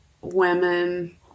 women